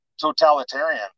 totalitarian